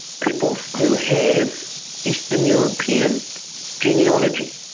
people who have eastern european genealogy.